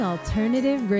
Alternative